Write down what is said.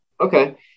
Okay